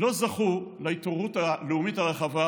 לא זכו להתעוררות הלאומית הרחבה